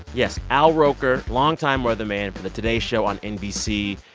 yes, al roker, longtime weatherman for the today show on nbc.